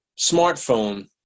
smartphone